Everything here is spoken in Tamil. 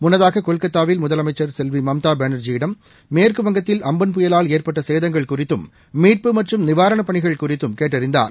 முன்னதாக கொல்கத்தாவில் முதலமைச்சர் செல்வி மம்தா பானா்ஜியிடம் மேற்குவங்கத்தில் அம்பன் புயலால் ஏற்பட்ட சேதங்கள் குறித்தும் மீட்பு மற்றும் நிவாரணப் பணிகள் குறித்தும் கேட்டறிந்தார்